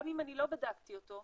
גם אם אני לא בדקתי אותו,